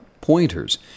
pointers